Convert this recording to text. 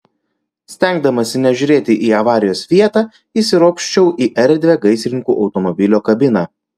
stengdamasi nežiūrėti į avarijos vietą įsiropščiau į erdvią gaisrininkų automobilio kabiną